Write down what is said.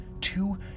two